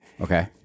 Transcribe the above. Okay